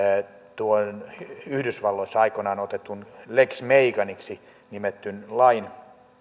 tuon yhdysvalloissa aikoinaan otetun lex meganiksi nimetyn lain